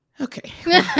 Okay